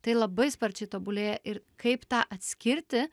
tai labai sparčiai tobulėja ir kaip tą atskirti